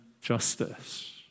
justice